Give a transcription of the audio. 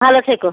ভালো থেকো